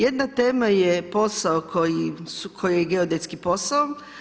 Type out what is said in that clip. Jedna tema je posao koji je geodetski posao.